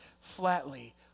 flatly